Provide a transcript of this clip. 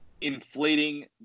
inflating